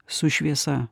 su šviesa